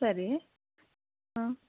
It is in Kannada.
ಸರಿ ಹಾಂ